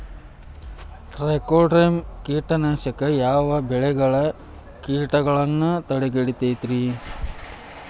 Trichoderma ಕೇಟನಾಶಕ ಯಾವ ಬೆಳಿಗೊಳ ಕೇಟಗೊಳ್ನ ತಡಿತೇತಿರಿ?